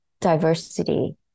diversity